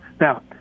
Now